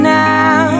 now